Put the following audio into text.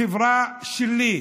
החברה שלי,